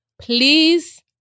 Please